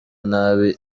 nabi